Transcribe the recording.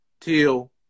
Till